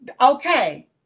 Okay